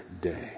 day